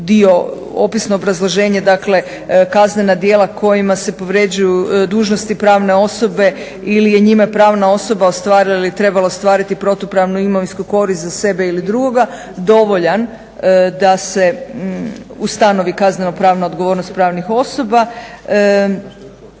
dio, opisno obrazloženje, dakle kaznena djela kojima se povređuju dužnosti pravne osobe ili je njima pravna osoba ostvarila ili trebala ostvariti protupravnu imovinsku korist za sebe ili drugoga dovoljan da se ustanovi kazneno-pravna odgovornost pravnih osoba.